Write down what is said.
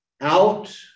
out